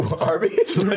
Arby's